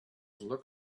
look